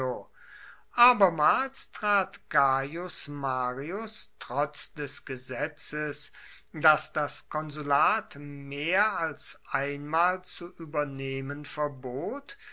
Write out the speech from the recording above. trat gaius marius trotz des gesetzes das das konsulat mehr als einmal zu übernehmen verbot